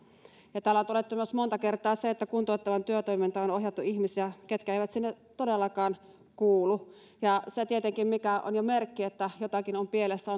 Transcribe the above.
täällä on todettu monta kertaa myös se että kuntouttavaan työtoimintaan on ohjattu ihmisiä ketkä eivät sinne todellakaan kuulu tietenkin se on jo merkki että jotakin on pielessä